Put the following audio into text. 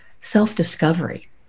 self-discovery